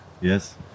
Yes